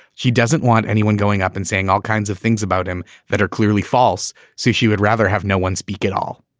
she doesn't want anyone going up and saying all kinds of things about him that are clearly false, so she would rather have no one speak at all.